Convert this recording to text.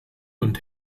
und